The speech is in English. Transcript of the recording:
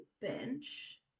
Bench